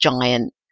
giant